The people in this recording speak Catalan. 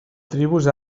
tribus